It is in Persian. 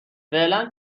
فعلا